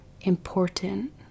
important